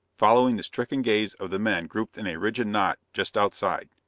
following the stricken gaze of the men grouped in a rigid knot just outside.